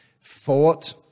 fought